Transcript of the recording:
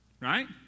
Right